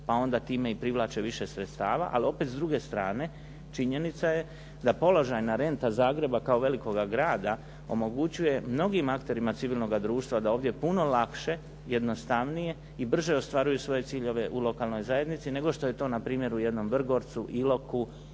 pa onda time i privlače više sredstava, ali opet s druge strane činjenica je da položajna renta Zagreba kao velikoga grada omogućuje mnogim akterima civilnoga društva da ovdje puno lakše, jednostavnije i brže ostvaruju svoje ciljeve u lokalnoj zajednici nego što je to na primjer u jednom Vrgorcu, Iloku,